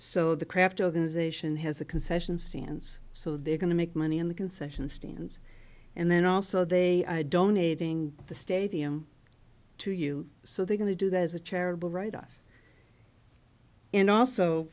so the kraft organization has a concession stands so they're going to make money in the concession stands and then also they donating the stadium to you so they're going to do that as a charitable right on and also